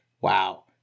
Wow